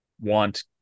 want